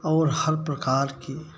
और हर प्रकार की